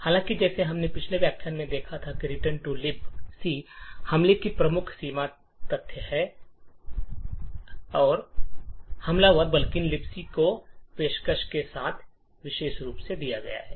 हालांकि जैसा कि हमने पिछले व्याख्यान में देखा था कि रिटर्न टू लिबक हमले की प्रमुख सीमा यह तथ्य है कि हमलावर लिबक की पेशकश के साथ विवश है